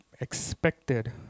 expected